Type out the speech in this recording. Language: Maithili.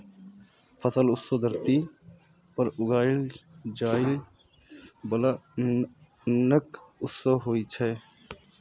फसल उत्सव धरती पर उगाएल जाइ बला अन्नक उत्सव होइ छै